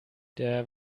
der